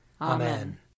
Amen